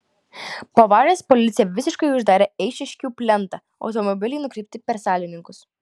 po avarijos policija visiškai uždarė eišiškių plentą automobiliai nukreipti per salininkus